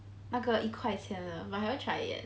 那个一块钱的 but I haven't try yet